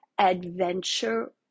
adventure